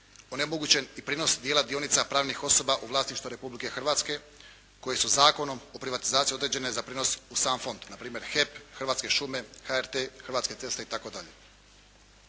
onemogućen i prijenos dijela dionica pravnih osoba u vlasništvu Republike Hrvatske koje su Zakonom o privatizaciji određene za prijenos u sam fond. Na primjer, HEP, Hrvatske šume, HRT, Hrvatske ceste itd.